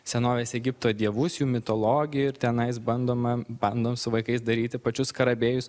senovės egipto dievus jų mitologiją ir tenais bandoma bandom su vaikais daryti pačius skarabėjus